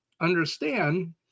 understand